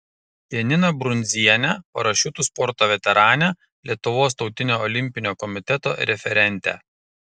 janiną brundzienę parašiutų sporto veteranę lietuvos tautinio olimpinio komiteto referentę